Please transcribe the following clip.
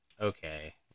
Okay